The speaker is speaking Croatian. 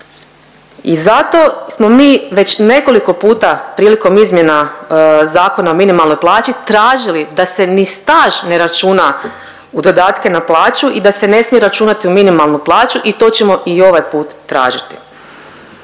I zato smo mi već nekoliko puta prilikom izmjena Zakona o minimalnoj plaći tražili da se ni staž ne računa u dodatke na plaću i da se ne smije računati u minimalnu plaću i to ćemo i ovaj put tražiti.